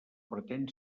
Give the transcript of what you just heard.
pretén